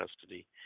custody